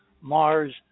Mars